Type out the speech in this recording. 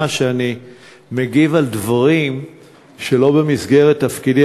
שאני מגיב על דברים שלא במסגרת תפקידי,